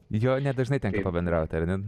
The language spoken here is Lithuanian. jo nedažnai tenka pabendrauti ar ne